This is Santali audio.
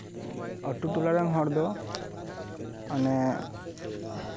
ᱟᱛᱳ ᱴᱚᱞᱟᱨᱮᱱ ᱦᱚᱲ ᱫᱚ ᱢᱟᱱᱮ